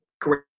great